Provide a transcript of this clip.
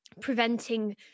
preventing